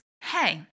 hey